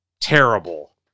terrible